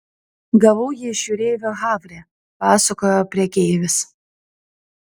gavau jį iš jūreivio havre pasakojo prekeivis